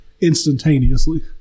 instantaneously